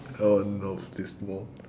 oh nope this no